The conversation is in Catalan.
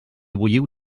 bulliu